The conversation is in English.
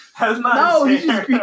No